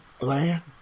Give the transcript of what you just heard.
Land